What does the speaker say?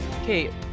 Okay